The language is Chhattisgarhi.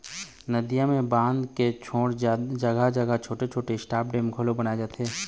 नदियां म बांध के छोड़े जघा जघा छोटे छोटे स्टॉप डेम घलोक बनाए जाथे